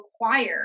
require